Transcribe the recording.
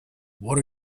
what